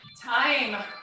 Time